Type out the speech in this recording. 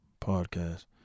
podcast